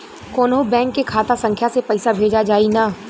कौन्हू बैंक के खाता संख्या से पैसा भेजा जाई न?